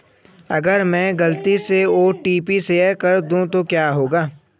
अगर मैं गलती से ओ.टी.पी शेयर कर दूं तो क्या होगा?